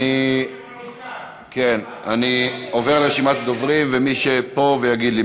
אני עובר לרשימת הדוברים, ומי שפה, יגיד לי.